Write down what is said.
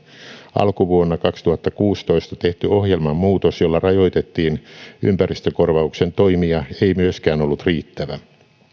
alkuvuonna kaksituhattakuusitoista tehty ohjelman muutos jolla rajoitettiin ympäristökorvauksen toimia ei myöskään ollut riittävä